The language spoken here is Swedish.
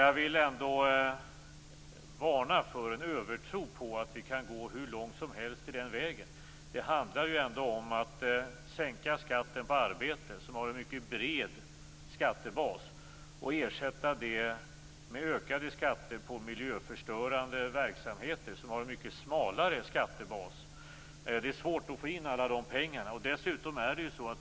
Jag vill ändå varna för en övertro på att vi kan gå hur långt som helst på den vägen. Det handlar om att sänka skatten på arbete, som har en mycket bred skattebas, och ersätta det med ökade skatter på miljöförstörande verksamheter, som har en mycket smalare skattebas. Det är svårt att få in alla de pengarna.